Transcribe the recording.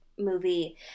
movie